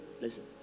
listen